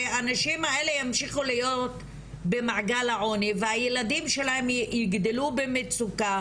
הרי הנשים האלה ימשיכו להיות במעגל העוני והילדים שלהם יגדלו במצוקה